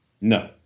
No